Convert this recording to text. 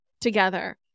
together